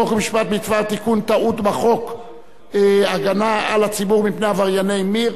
חוק ומשפט בדבר תיקון טעות בחוק הגנה על הציבור מפני עברייני מין,